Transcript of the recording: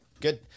good